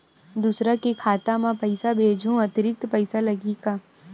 दूसरा के खाता म पईसा भेजहूँ अतिरिक्त पईसा लगही का?